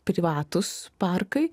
privatūs parkai